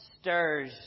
stirs